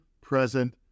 present